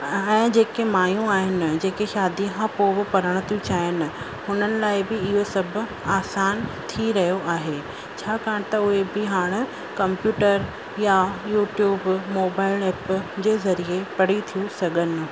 ऐं जेके माइयूं आहिनि जेके शादी खां पोइ बि पढ़ण तियूं चाहिनि उन्हनि लाइ बि इयो सब आसान थी रहियो आहे छाकाणि त उहे बि हाण कंप्यूटर या यूट्यूब मोबाइल ऐप जे ज़रिए पढ़ी थियूं सघनि